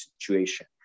situation